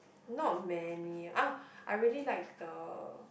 not many uh I really like the